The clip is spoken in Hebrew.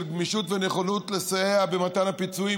גמישות ונכונות לסייע במתן הפיצויים,